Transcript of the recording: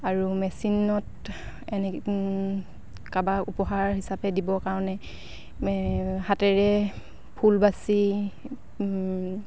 আৰু মেচিনত এনে কাৰোবাক উপহাৰ হিচাপে দিবৰ কাৰণে হাতেৰে ফুল বাচি